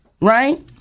right